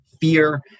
fear